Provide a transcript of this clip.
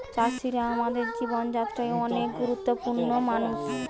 চাষিরা আমাদের জীবন যাত্রায় অনেক গুরুত্বপূর্ণ মানুষ